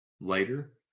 later